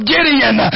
Gideon